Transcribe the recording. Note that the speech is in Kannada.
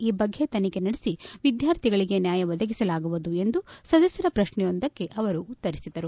ಈ ಬಗ್ಗೆ ತನಿಖೆ ನಡೆಸಿ ವಿದ್ಯಾರ್ಥಿಗಳಿಗೆ ನ್ಯಾಯ ಒದಗಿಸಲಾಗುವುದು ಎಂದು ಸದಸ್ಕರ ಪ್ರಶ್ನೆಯೊಂದಕ್ಕೆ ಉತ್ತರಿಸಿದರು